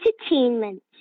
entertainment